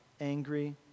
angry